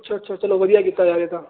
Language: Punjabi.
ਅੱਛਾ ਅੱਛਾ ਚਲੋ ਵਧੀਆ ਕੀਤਾ ਯਾਰ ਇਹ ਤਾਂ